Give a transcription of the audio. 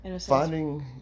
finding